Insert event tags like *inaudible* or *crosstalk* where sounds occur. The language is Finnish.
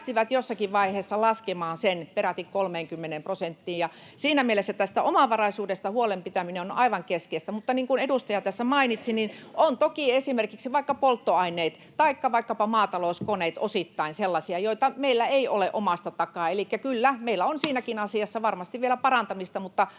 jossakin vaiheessa laskemaan sen peräti 30 prosenttiin, ja siinä mielessä tästä omavaraisuudesta huolen pitäminen on aivan keskeistä. Mutta niin kuin edustaja tässä mainitsi, ovat toki esimerkiksi vaikka polttoaineet taikka vaikkapa maatalouskoneet osittain sellaisia, joita meillä ei ole omasta takaa, elikkä kyllä, *noise* meillä on siinäkin asiassa varmasti vielä parantamista, mutta